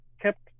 kept